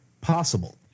possible